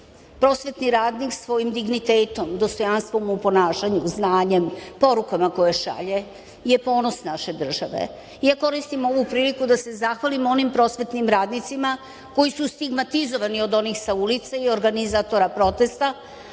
Prosvetni radnik svojim dignitetom, dostojanstvom u ponašanju, znanjem, porukama koje šalje je ponos naše države. Koristim ovu priliku da se zahvalim onim prosvetnim radnicima koji su stigmatizovani od onih sa ulice i organizatora protesta